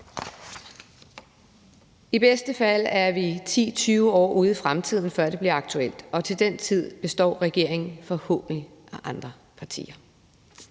I bedste fald er vi 10-20 år ude i fremtiden, før det bliver aktuelt, og til den tid består regeringen forhåbentlig af andre partier.